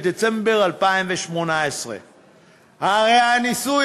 בדצמבר 2018. הרי הניסוי,